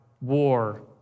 war